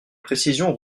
précision